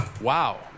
wow